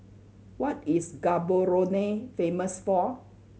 what is Gaborone famous for